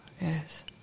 Yes